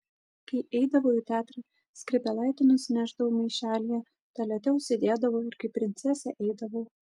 kai eidavau į teatrą skrybėlaitę nusinešdavau maišelyje tualete užsidėdavau ir kaip princesė eidavau